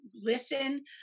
listen